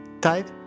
type